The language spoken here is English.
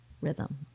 rhythm